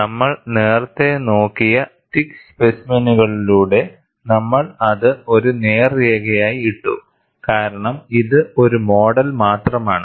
നമ്മൾ നേരത്തെ നോക്കിയ തിക്ക്സ്പെസിമെനുകളിലൂടെ നമ്മൾ അത് ഒരു നേർരേഖയായി ഇട്ടു കാരണം ഇത് ഒരു മോഡൽ മാത്രമാണ്